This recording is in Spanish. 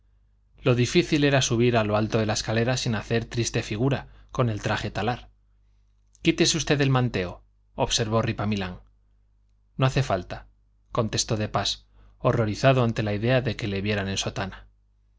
lo difícil era subir a lo alto de la escalera sin hacer la triste figura con el traje talar quítese usted el manteo observó ripamilán no hace falta contestó de pas horrorizado ante la idea de que le vieran en sotana